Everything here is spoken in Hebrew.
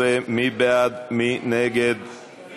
12 של חברי הכנסת זהבה גלאון,